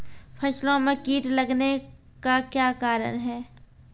फसलो मे कीट लगने का क्या कारण है?